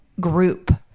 group